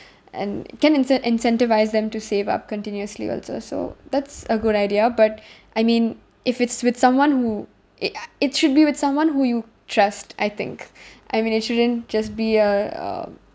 and can incen~ incentivise them to save up continuously also so that's a good idea but I mean if it's with someone who i~ it should be with someone who you trust I think I mean it shouldn't just be a um